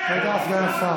תגיד את האמת.